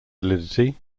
validity